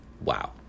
wow